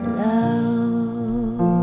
love